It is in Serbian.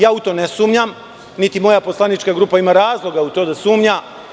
Ja u to ne sumnjam, niti moja poslanička grupa ima razloga u to da sumnja.